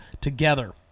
together